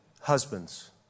husbands